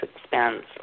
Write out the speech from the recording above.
expense